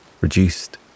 reduced